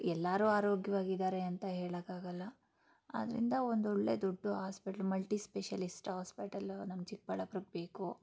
ಎಲ್ಲರೂ ಆರೋಗ್ಯವಾಗಿದ್ದಾರೆ ಅಂತ ಹೇಳೋಕ್ಕಾಗಲ್ಲ ಆದ್ದರಿಂದ ಒಂದೊಳ್ಳೆಯ ದೊಡ್ಡ ಹಾಸ್ಪಿಟ್ಲು ಮಲ್ಟಿ ಸ್ಪೆಷಾಲಿಸ್ಟ್ ಹಾಸ್ಪಿಟಲು ನಮ್ಮ ಚಿಕ್ಕಬಳ್ಳಾಪುರಕ್ಕೆ ಬೇಕು